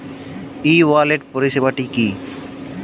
ই wallet পরিষেবাটি কি?